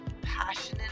passionate